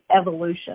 evolution